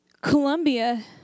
Colombia